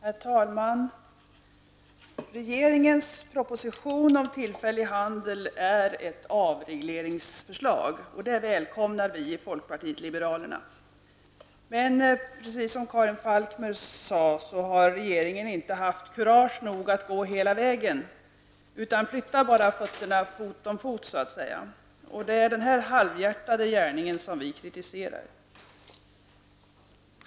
Herr talman! Regeringens proposition om tillfällig handel är ett avregleringsförslag. Det välkomnar vi i folkpartiet liberalerna. Men precis som Karin Falkmer sade, har regeringen inte haft kurage nog att gå hela vägen utan flyttar bara fötterna fot om fot, så att säga. Det är denna halvhjärtade gärning som vi kritiserar.